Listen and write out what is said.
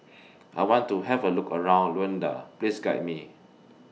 I want to Have A Look around Luanda Please Guide Me